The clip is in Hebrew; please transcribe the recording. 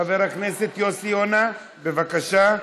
חבר הכנסת יוסי יונה, בבקשה.